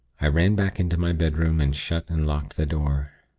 i ran back into my bedroom, and shut and locked the door.